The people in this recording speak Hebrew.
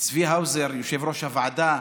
צבי האוזר, יושב-ראש הוועדה,